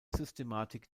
systematik